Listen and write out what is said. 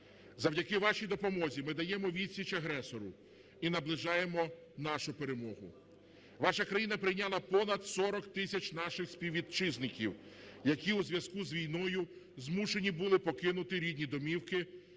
Завдяки вашій допомозі ми даємо відсіч агресору і наближаємо нашу перемогу. Ваша країна прийняла понад 400 тисяч наших співвітчизників, які у зв'язку з війною змушені були покинути рідні домівки,